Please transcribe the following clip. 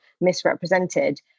misrepresented